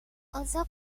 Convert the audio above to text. also